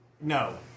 No